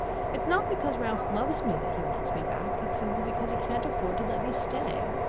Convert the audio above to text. it's not because ralph loves me that he wants me back it's simply because he can't afford to let me stay!